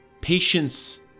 Patience